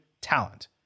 talent